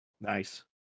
Nice